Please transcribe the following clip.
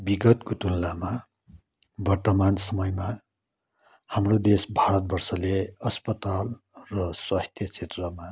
विगतको तुलनामा वर्तमान समयमा हाम्रो देश भारतवर्षले अस्पताल र स्वास्थ्य क्षेत्रमा